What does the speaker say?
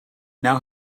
now